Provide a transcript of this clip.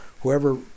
whoever